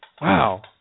Wow